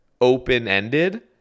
open-ended